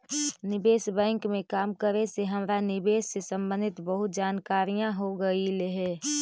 निवेश बैंक में काम करे से हमरा निवेश से संबंधित बहुत जानकारियाँ हो गईलई हे